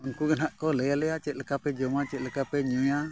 ᱩᱱᱠᱩ ᱜᱮ ᱱᱟᱦᱟᱜ ᱠᱚ ᱞᱟᱹᱭ ᱟᱞᱮᱭᱟ ᱪᱮᱫᱠᱟ ᱯᱮ ᱡᱚᱢᱟ ᱪᱮᱫᱠᱟ ᱯᱮ ᱧᱩᱭᱟ